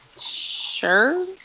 Sure